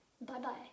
Bye-bye